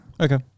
Okay